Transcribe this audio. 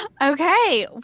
Okay